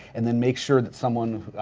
and then make sure that someone